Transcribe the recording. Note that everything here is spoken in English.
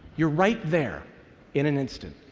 you're right there in an instant.